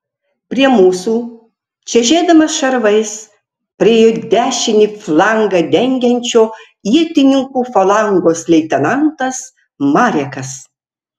prie mūsų čežėdamas šarvais priėjo dešinį flangą dengiančio ietininkų falangos leitenantas marekas